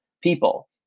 people